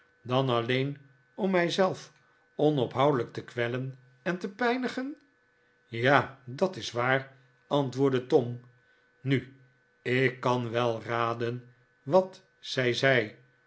dan alleen om mij zelf onophoudelijk te kwellen en te pijnigen ja dat is waar antwoordde tom nu ik kan wel raden wat zij zei